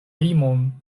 rimon